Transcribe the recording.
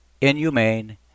inhumane